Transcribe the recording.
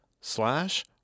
slash